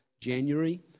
January